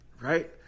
right